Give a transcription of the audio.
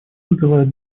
вызывает